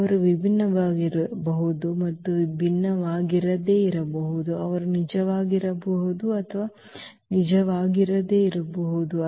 ಅವರು ವಿಭಿನ್ನವಾಗಿರಬಹುದು ಮತ್ತು ಭಿನ್ನವಾಗಿರದೇ ಇರಬಹುದು ಅವರು ನಿಜವಾಗಿರಬಹುದು ಅವರು ನಿಜವಾಗಿರದೇ ಇರಬಹುದು